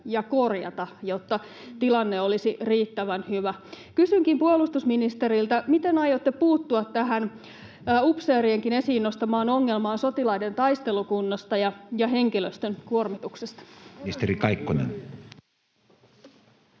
ja korjata, jotta tilanne olisi riittävän hyvä. Kysynkin puolustusministeriltä: miten aiotte puuttua tähän upseerienkin esiin nostamaan ongelmaan sotilaiden taistelukunnosta ja henkilöstön kuormituksesta? [Speech